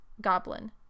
goblin